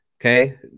okay